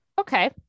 Okay